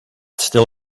still